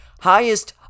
highest